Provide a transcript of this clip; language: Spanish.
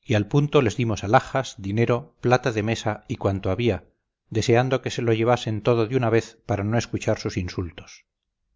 y al punto les dimos alhajas dinero plata de mesa y cuanto había deseando que se lo llevasen todo de una vez para no escuchar sus insultos